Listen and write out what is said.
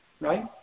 right